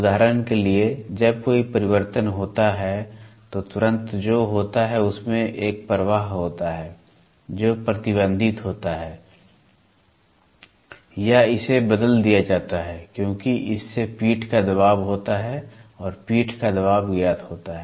उदाहरण के लिए जब कोई परिवर्तन होता है तो तुरंत जो होता है उसमें एक प्रवाह होता है जो प्रतिबंधित होता है या इसे बदल दिया जाता है क्योंकि इससे पीठ का दबाव होता है और पीठ का दबाव ज्ञात होता है